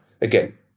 again